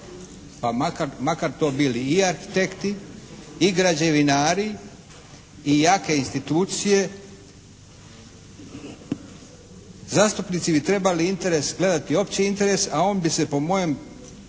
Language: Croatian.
Pa makar to bili i arhitekti i građevinari i jake institucije zastupnici bi interes gledati opći interes, a on bi se po mojem